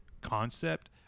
concept